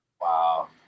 Wow